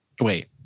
wait